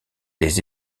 des